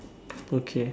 okay